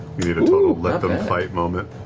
we need a total let them fight moment.